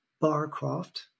Barcroft